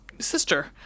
Sister